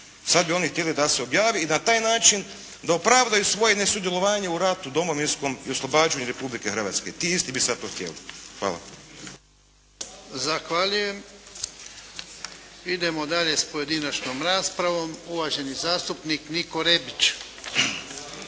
sada bi oni htjeli da se objavi i na taj način da opravdaju svoje nesudjelovanje u ratu Domovinskom i oslobađanju Republike Hrvatske, ti isti bi sada to htjeli. Hvala. **Jarnjak, Ivan (HDZ)** Zahvaljujem. Idemo dalje sa pojedinačnom raspravom. Uvaženi zastupnik Niko Rebić.